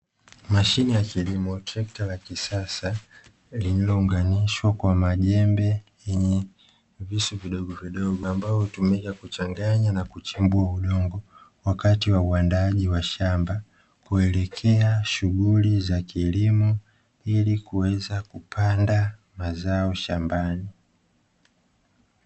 Mashine ya kilimo trekta la kisasa lililounganishwa kwa majembe yenye visu vidogovidogo, ambavyo hutumika kuchanganya na kuchimbua udongo wakati wa uandaaji wa shamba, kuelekea shughuli za kilimo ili kuweza kupanda mazao shambani.